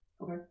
Okay